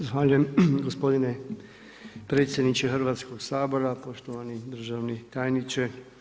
Zahvaljujem gospodine predsjedniče Hrvatskog sabora, poštovani državni tajniče.